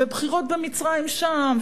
בחירות במצרים שם,